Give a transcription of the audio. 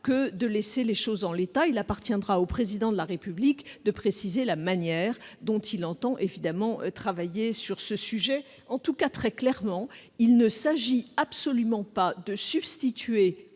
que de laisser les choses en l'état. Il appartiendra au Président de la République de préciser la manière dont il entend travailler sur ce sujet. En tout cas, et c'est essentiel, il ne s'agit absolument pas de substituer